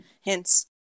hints